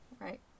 right